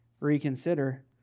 reconsider